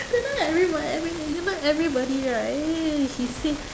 that time everyb~ everybody you know everybody right he say